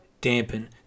dampen